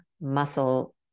muscle